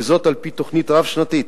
וזאת על-פי תוכנית רב-שנתית,